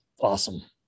awesome